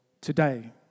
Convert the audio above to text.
today